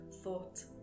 thought